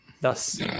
thus